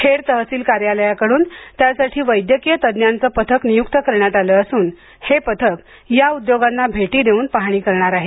खेड तहसील कार्यालयाकडुन त्यासाठी वैद्यकीय तज्ज्ञांचं पथक नियुक्त करण्यात आलं असून हे पथक या उद्योगांना भेटी देऊन पाहणी करणार आहे